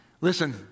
Listen